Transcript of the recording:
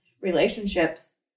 relationships